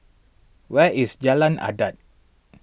where is Jalan Adat